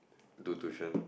do tuition